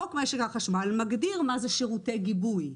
חוק משק החשמל מגדיר מה זה שירותי גיבוי.